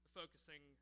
focusing